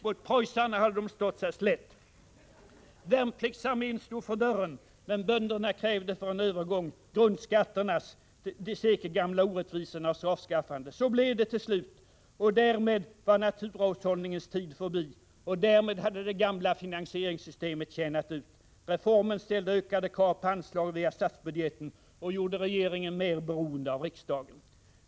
Mot preussarna hade de stått sig slätt. Värnpliktsarmén stod för dörren. Men bönderna krävde för en övergång grundskatternas, de sekel Riksdagen och finansmakten i ett historiskt perspektiv gamla orättvisornas, avskaffande. Så blev det till slut, och därmed var naturahushållningens tid förbi och därmed hade det gamla finansieringssystemet tjänat ut. Reformen ställde ökade krav på anslag via statsbudgeten och gjorde regeringen mer beroende av riksdagen.